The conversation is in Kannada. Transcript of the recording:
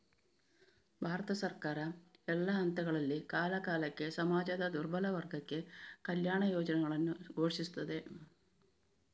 ಭಾರತ ಸರ್ಕಾರ, ಎಲ್ಲಾ ಹಂತಗಳಲ್ಲಿ, ಕಾಲಕಾಲಕ್ಕೆ ಸಮಾಜದ ದುರ್ಬಲ ವರ್ಗಕ್ಕೆ ಕಲ್ಯಾಣ ಯೋಜನೆಗಳನ್ನು ಘೋಷಿಸುತ್ತದೆ